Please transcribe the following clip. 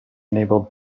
enabled